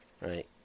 right